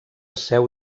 seu